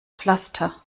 pflaster